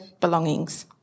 belongings